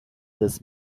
this